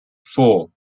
four